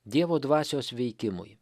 dievo dvasios veikimui